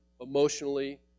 emotionally